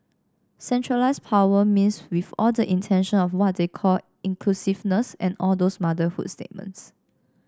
centralised power means with all the intention of what they call inclusiveness and all those motherhood statements